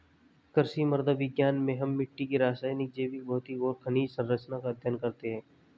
कृषि मृदा विज्ञान में हम मिट्टी की रासायनिक, जैविक, भौतिक और खनिज सरंचना का अध्ययन करते हैं